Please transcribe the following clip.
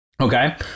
Okay